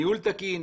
ניהול תקין,